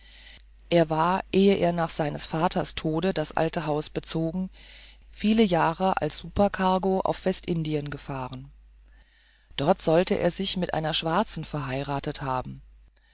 er war ehe er nach seines vaters tod das alte haus bezogen viele jahre als supercargo auf westindien gefahren dort sollte er sich mit einer schwarzen verheiratet haben